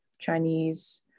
Chinese